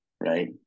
right